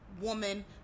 woman